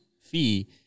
fee